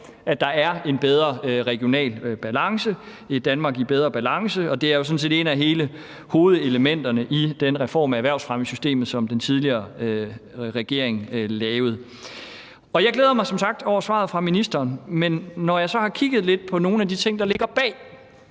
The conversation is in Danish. at der er en bedre regional balance, et Danmark i bedre balance, og det er jo sådan set et af hovedelementerne i denne reform af erhvervsfremmesystemet, som den tidligere regering lavede. Jeg glæder mig som sagt over svaret fra ministeren, men når jeg så har kigget lidt på nogle af de ting, der ligger bag,